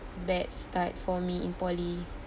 bad start for me in poly